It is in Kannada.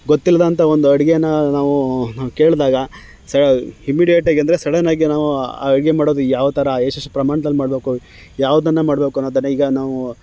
ಗೊತ್ತಿಲ್ದಂಥ ಒಂದು ಅಡುಗೆಯ ನಾವು ಕೇಳಿದಾಗ ಸಹ ಇಮ್ಮಿಡಿಯೆಟ್ಟಾಗಿ ಅಂದರೆ ಸಡನ್ನಾಗಿ ನಾವು ಅಡುಗೆ ಮಾಡೋದು ಯಾವ ಥರ ಎಷ್ಟೆಷ್ಟು ಪ್ರಮಾಣದಲ್ಲಿ ಮಾಡಬೇಕು ಯಾವುದನ್ನು ಮಾಡಬೇಕು ಅನ್ನೊದನ್ನು ಈಗ ನಾವು